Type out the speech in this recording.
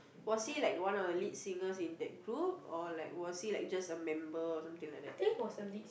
was he like one of the lead singers in that group or like was he like just a member or something like that